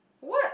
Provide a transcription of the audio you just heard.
what